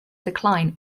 decline